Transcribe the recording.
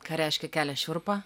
ką reiškia kelia šiurpą